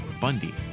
Bundy